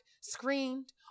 screamed